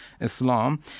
Islam